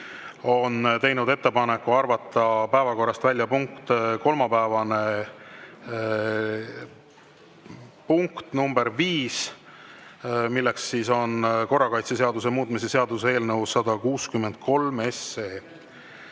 on teinud ettepaneku arvata päevakorrast välja kolmapäevane punkt nr 5, milleks on korrakaitseseaduse muutmise seaduse eelnõu 163.